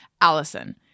allison